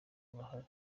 urahari